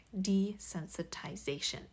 Desensitization